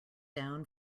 down